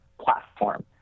platform